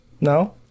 no